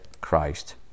Christ